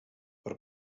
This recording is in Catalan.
per